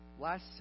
last